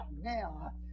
now